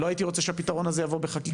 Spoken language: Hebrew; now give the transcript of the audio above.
לא הייתי רוצה שהפתרון הזה יבוא בחקיקה,